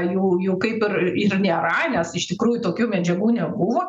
jų jų kaip ir ir nėra nes iš tikrųjų tokių medžiagų nebuvo